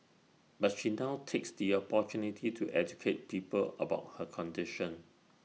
but she now takes the opportunity to educate people about her condition